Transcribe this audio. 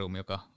joka